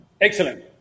Excellent